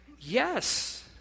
Yes